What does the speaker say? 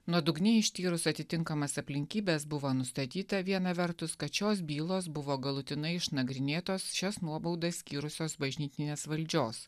nuodugniai ištyrus atitinkamas aplinkybes buvo nustatyta viena vertus kad šios bylos buvo galutinai išnagrinėtos šias nuobaudas skyrusios bažnytinės valdžios